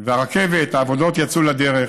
והרכבת, העבודות יצאו לדרך.